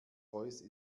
royce